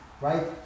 right